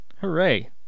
Hooray